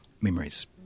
memories